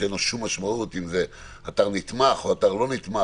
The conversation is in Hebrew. שאין לו שום משמעות אם זה אתר נתמך או אתר לא נתמך.